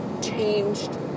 changed